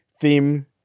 theme